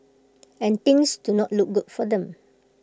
and things do not look good for them